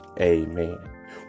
Amen